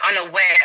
unaware